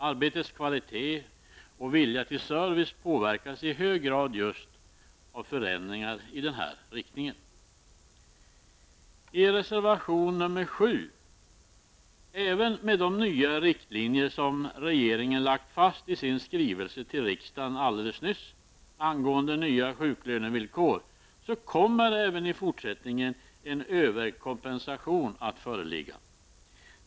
Arbetets kvalitet och viljan till service påverkas i hög grad just av förändringar i denna riktning. Reservation 7 gäller lagstiftning mot avtal som överkompenserar inkomstbortfall. Även med de nya riktlinjer som regeringen har lagt fast i sin skrivelse till riksdagen nyligen angående nya sjuklönevillkor kommer också i fortsättningen en överkompensation att föreligga.